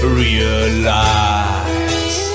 realize